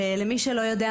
למי שלא יודע,